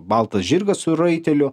baltas žirgas su raiteliu